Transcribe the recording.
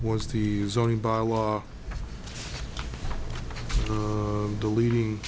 was the zoning by law the leading